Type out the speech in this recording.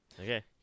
Okay